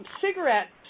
cigarettes